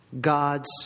God's